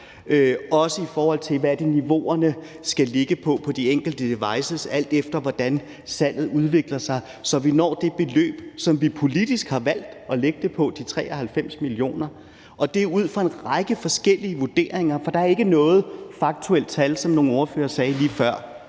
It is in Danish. sig, og hvad niveauerne skal ligge på på de enkelte devices, alt efter hvordan salget udvikler sig, så vi når det beløb, som vi politisk har valgt at lægge det på, nemlig de 93 mio. kr. Det er ud fra en række forskellige vurderinger, for der er ikke noget faktuelt tal, som nogle ordførere sagde lige før.